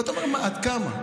ואתה אומר: עד כמה?